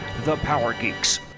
thepowergeeks